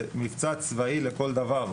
זה מבצע צבאי לכל דבר,